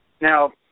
Now